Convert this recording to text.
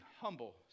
humble